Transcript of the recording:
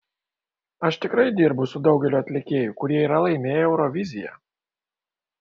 aš tikrai dirbu su daugeliu atlikėjų kurie yra laimėję euroviziją